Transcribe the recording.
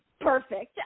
perfect